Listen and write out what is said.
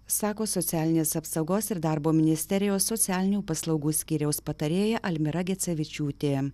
sako socialinės apsaugos ir darbo ministerijos socialinių paslaugų skyriaus patarėja almyra gecevičiūtė